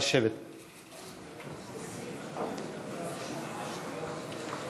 (חברי הכנסת מכבדים בקימה את זכרו של המנוח.)